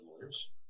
lawyers